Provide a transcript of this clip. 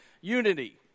unity